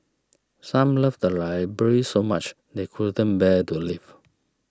some love the library so much they couldn't bear to leave